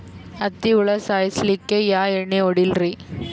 ಹತ್ತಿ ಹುಳ ಸಾಯ್ಸಲ್ಲಿಕ್ಕಿ ಯಾ ಎಣ್ಣಿ ಹೊಡಿಲಿರಿ?